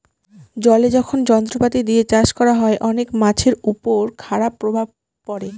জলে যখন যন্ত্রপাতি দিয়ে চাষ করা হয়, অনেক মাছের উপর খারাপ প্রভাব পড়ে